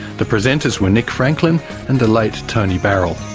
the presenters were nick franklin and the late tony barrell.